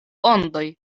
ondoj